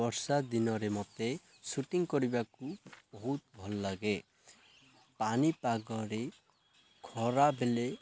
ବର୍ଷା ଦିନରେ ମୋତେ ସୁଟିଂ କରିବାକୁ ବହୁତ ଭଲଲାଗେ ପାଣିପାଗରେ ଖରାବେଳେ